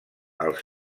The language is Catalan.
els